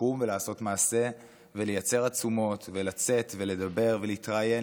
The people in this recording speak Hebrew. לקום ולעשות מעשה ולייצר עצומות ולצאת ולדבר ולהתראיין,